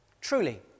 truly